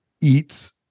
eats